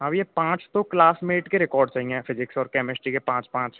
हाँ भइया पाँच तो क्लासमेट के रिकॉर्ड्स चाहिए फिजिक्स और कैमिस्ट्री के पाँच पाँच